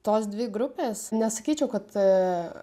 tos dvi grupės nesakyčiau kad